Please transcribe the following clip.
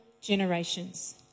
generations